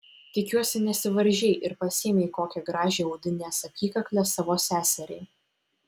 tikiuosi nesivaržei ir pasiėmei kokią gražią audinės apykaklę savo seseriai